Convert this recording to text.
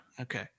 Okay